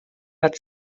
hat